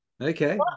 Okay